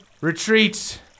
retreat